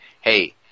hey